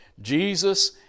Jesus